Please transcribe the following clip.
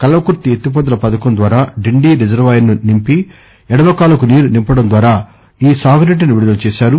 కల్వకుర్తి ఎత్తివోతల పథకం ద్వారా డిండి రిజర్వాయర్ ను నింపి ఎడమ కాలువకు నీరు నింపడం ద్వారా ఈ సాగునీటిని విడుదల చేశారు